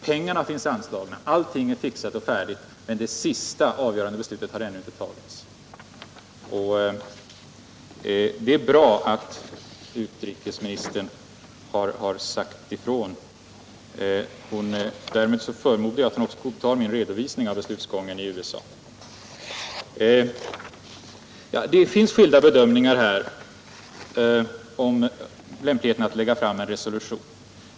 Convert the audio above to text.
Pengar finns anslagna, allting är fixt och färdigt, men det sista avgörande beslutet har ännu inte fattats. Det är bra att utrikesministern nu sagt ifrån. Därmed förmodar jag att hon också godtar min redovisning för beslutsgången i USA. Det finns skilda bedömningar här om lämpligheten att lägga fram en resolution.